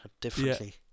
differently